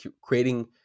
creating